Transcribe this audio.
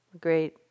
great